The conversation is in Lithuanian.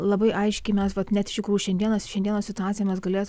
labai aiškiai mes net iš tikrųjų šiandieną šiandienos situaciją mes galėtume